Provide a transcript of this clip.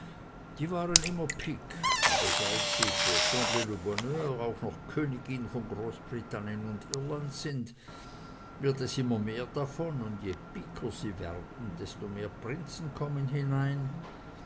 die waren immer pik aber seit sie pour combler le bonheur auch noch königin von großbritannien und irland sind wird es immer mehr davon und je piker sie werden desto mehr prinzen kommen hinein